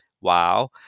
Wow